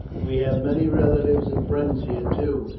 we have many relatives and friends here, too,